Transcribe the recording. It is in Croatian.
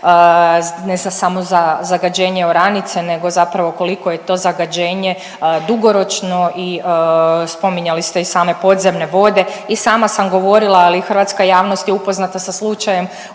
ne samo za zagađenje oranice, nego zapravo koliko je to zagađenje dugoročno i spominjali ste i same podzemne vode. I sama sam govorila, ali hrvatska javnost je upoznata sa slučajem